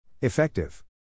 Effective